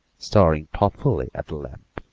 staring thoughtfully at the lamp.